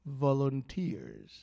volunteers